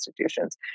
institutions